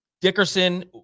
Dickerson